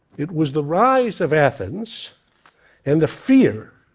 it was the rise of athens and the fear